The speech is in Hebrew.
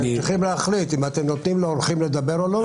ואתם צריכים להחליט אם אתם נותנים לאורחים לדבר או לא.